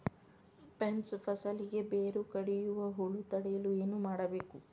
Beans ಫಸಲಿಗೆ ಬೇರು ಕಡಿಯುವ ಹುಳು ತಡೆಯಲು ಏನು ಮಾಡಬೇಕು?